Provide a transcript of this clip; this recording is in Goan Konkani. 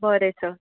बरें सर